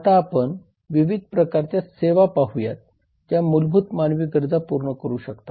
आता आपण विविध प्रकारच्या सेवा पाहूया ज्या मूलभूत मानवी गरजा पूर्ण करू शकतात